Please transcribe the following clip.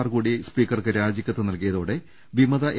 മാർകൂടി സ്പീക്കർക്ക് രാജിക്കത്ത് നൽകിയതോടെ വിമത എം